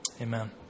Amen